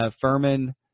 Furman